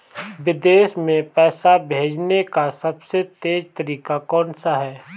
विदेश में पैसा भेजने का सबसे तेज़ तरीका कौनसा है?